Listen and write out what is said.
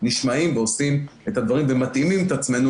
נשמעים ועושים את הדברים ומתאימים את עצמנו